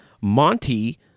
Monty